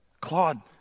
Claude